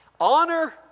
Honor